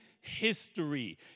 history